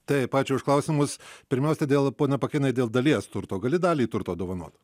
taip ačiū už klausimus pirmiausia dėl pone pakėnai dėl dalies turto gali dalį turto dovanoti